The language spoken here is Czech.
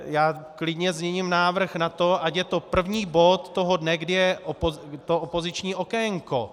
Já klidně změním návrh na to, ať je to první bod toho dne, kdy je opoziční okénko.